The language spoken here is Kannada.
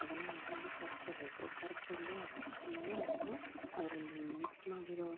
ಅದನ್ನು ಎಣ್ಣೇಲಿ ಕರ್ಕೋಬೇಕು ಕರ್ಕೊಂಡು ಅದು ಆದ ಮೇಲೆ ಅದನ್ನು ಅದರಲ್ಲಿ ಮಿಕ್ಸ್ ಮಾಡಿರೋ